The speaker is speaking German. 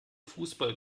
fußball